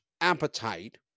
appetite